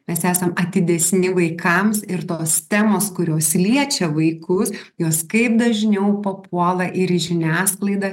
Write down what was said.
mes esam atidesni vaikams ir tos temos kurios liečia vaikus jos kaip dažniau papuola ir į žiniasklaidą